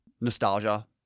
nostalgia